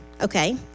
okay